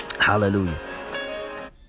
hallelujah